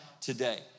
today